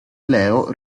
leo